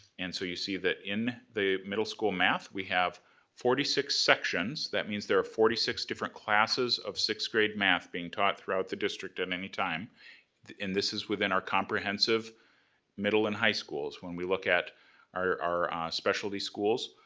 and so you see that in the middle school math, we have forty six sections. that means there are forty six different classes of sixth grade math being taught throughout the district at any time, and this is within our comprehensive middle and high schools. when we look at our our specialty schools,